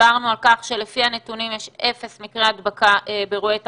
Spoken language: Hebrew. דיברנו על כך שלפי הנתונים יש אפס מקרי הדבקה באירועי תרבות,